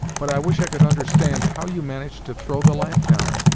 but i wish i could understand how you managed to throw the lamp down